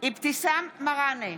אבתיסאם מראענה,